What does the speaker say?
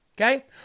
Okay